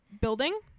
building